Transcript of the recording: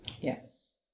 Yes